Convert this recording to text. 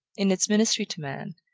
in its ministry to man,